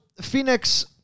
Phoenix